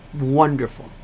wonderful